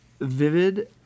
Vivid